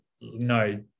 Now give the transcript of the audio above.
no